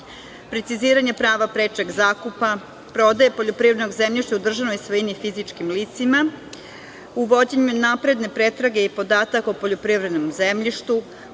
preciziranje prava prečeg zakupa, prodaje poljoprivrednog zemljišta u državnoj svojini fizičkim licima, uvođenje napredne pretrage podataka o poljoprivrednom zemljištu,